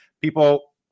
people